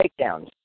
takedowns